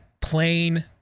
plain